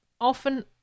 often